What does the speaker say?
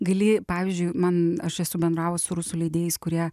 gali pavyzdžiui man aš esu bendravus su rusų leidėjais kurie